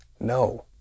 No